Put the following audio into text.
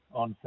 on